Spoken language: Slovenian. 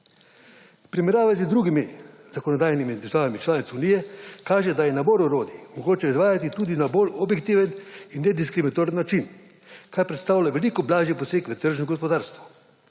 primerjavi z drugimi zakonodajami držav članic Unije kaže, da je nabor orodij mogoče izvajati tudi na bolj objektiven in nediskriminatoren način, kar predstavlja veliko blažji poseg v tržno gospodarstvo,